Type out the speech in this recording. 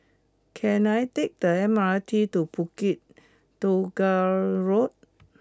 can I take the M R T to Bukit Tunggal Road